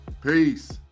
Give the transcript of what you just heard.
Peace